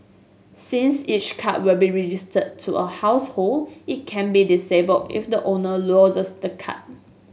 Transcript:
since each card will be registered to a household it can be disabled if the owner loses the card